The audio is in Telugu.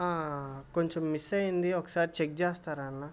కొంచెం మిస్ అయ్యింది ఒకసారి చెక్ చేస్తారా అన్నా